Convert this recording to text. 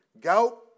Gout